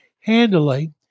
handily